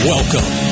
Welcome